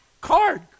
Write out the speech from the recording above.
Card